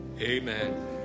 Amen